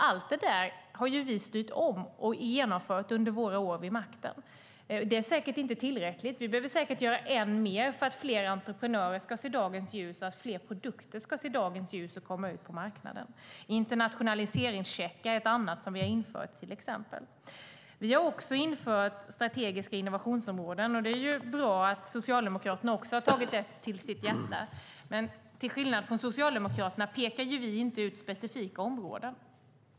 Allt detta har vi styrt om och genomfört under våra år vid makten. Det är säkert inte tillräckligt. Vi behöver säkert göra ännu mer för att fler entreprenörer ska se dagens ljus och för att fler produkter ska se dagens ljus och komma ut på marknaden. Internationaliseringscheckar är en annan sak som vi har infört, till exempel. Vi har också infört strategiska innovationsområden. Det är bra att även Socialdemokraterna har tagit det till sitt hjärta. Men till skillnad från Socialdemokraterna pekar vi inte ut specifika områden.